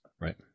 right